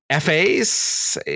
FAs